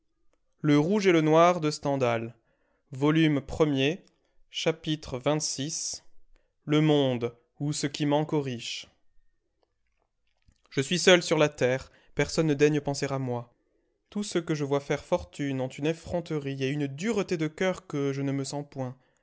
chapitre xxvi le monde ou ce qui manque au riche je suis seul sur la terre personne ne daigne penser à moi tous ceux que je vois faire fortune ont une effronterie et une dureté de coeur que je ne me sens point